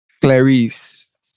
Clarice